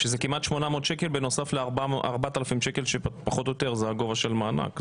שזה כמעט 800 שקל בנוסף ל-4,000 שקל מענק עבודה.